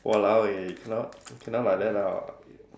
!walao! eh cannot cannot like that lah